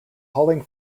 hauling